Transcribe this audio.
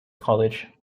college